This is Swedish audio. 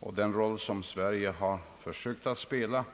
och den roll Sverige försökt spela.